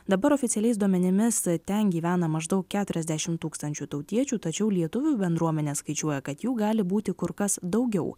dabar oficialiais duomenimis ten gyvena maždaug keturiasdešim tūkstančių tautiečių tačiau lietuvių bendruomenė skaičiuoja kad jų gali būti kur kas daugiau